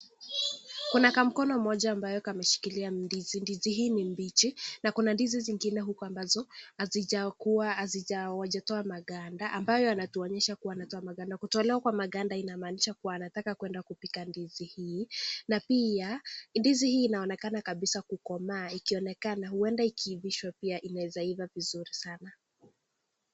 Kuna kamkono moja ambako kameshilia ndizi hizi, ndizi hii ni mbichi, na kuna ndizi zingine huko ambazo hazijatoa maganda, ambayo yanatolowa maganda, kutolowa kwa maganda inaanisha kuwa anataka kwenda kupika ndizi hii, na pia ndizi hii inaonekana kabisa kukomaa, ikionekana huenda ikiivishwa inaweza iva vizuri sana.